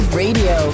radio